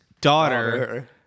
daughter